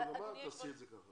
תעשי את זה כך.